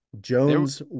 Jones